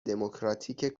دموکراتیک